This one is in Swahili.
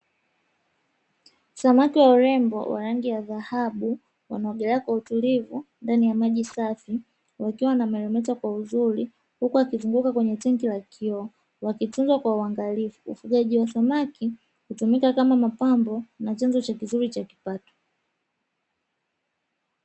Samaki wa urembo wa rangi ya dhahabu wanaogelea kwa utulivu ndani ya maji safi wakiwa wanameremeta kwa uzuri huku wakizunguka kwenye tangi la kioo, wakitunzwa kwa uangalifu wafugaji wa samaki hutumika kama mapambo na chanzo kizuri cha kipato.